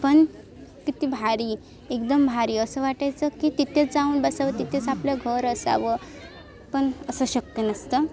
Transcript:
पण किती भारी एकदम भारी असं वाटायचं की तिथे जाऊन बसावं तिथेच आपलं घर असावं पण असं शक्य नसतं